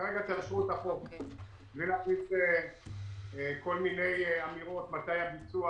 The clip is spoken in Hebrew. כרגע תאשרו את החוק בלי להחליט כל מיני אמירות מתי הביצוע